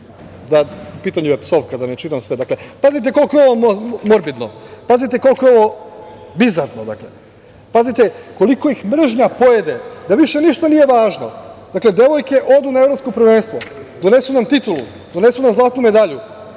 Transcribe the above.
u… U pitanju je psovka, da ne čitam sve, dakle. Pazite koliko je ovo morbidno, pazite koliko je ovo bizarno, pazite koliko ih mržnja pojede da više ništa nije važno. Dakle, devojke odu na Evropsko prvenstvo, donesu nam titulu, donesu nam zlatnu medalju,